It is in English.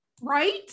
right